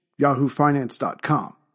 yahoofinance.com